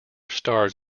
stars